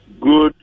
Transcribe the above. Good